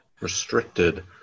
Restricted